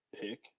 pick